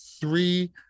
three